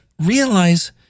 realize